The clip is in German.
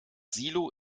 silo